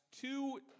two